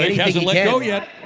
hasnt let go yet!